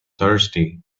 thirsty